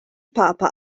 papa